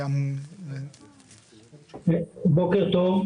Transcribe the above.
בוקר טוב.